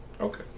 Okay